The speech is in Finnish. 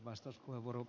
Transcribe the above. arvoisa puhemies